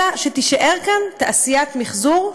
אלא שתישאר כאן תעשיית מחזור,